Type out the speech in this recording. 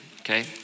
okay